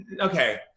okay